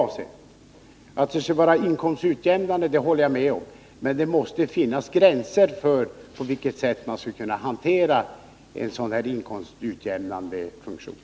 Att det skall vara inkomstutjämnande håller jag med om, men det måste finnas gränser för hur man skall kunna hantera en sådan inkomstutjämnande funktion.